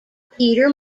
peter